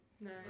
No